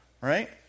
right